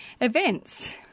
events